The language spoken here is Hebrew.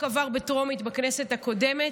החוק עבר בטרומית בכנסת הקודמת.